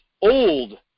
old